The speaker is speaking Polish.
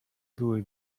były